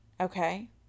okay